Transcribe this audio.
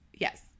Yes